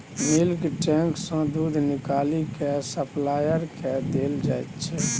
bulk tank सँ दुध निकालि केँ सप्लायर केँ देल जाइत छै